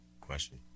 question